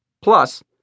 Plus